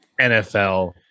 NFL